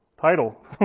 title